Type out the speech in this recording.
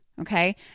Okay